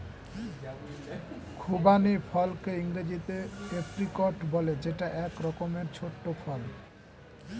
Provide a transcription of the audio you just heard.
খুবানি ফলকে ইংরেজিতে এপ্রিকট বলে যেটা এক রকমের ছোট্ট ফল